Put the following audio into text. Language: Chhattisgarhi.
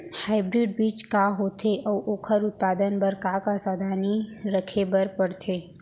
हाइब्रिड बीज का होथे अऊ ओखर उत्पादन बर का का सावधानी रखे बर परथे?